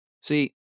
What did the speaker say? See